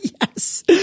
Yes